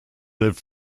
lived